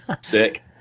Sick